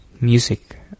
music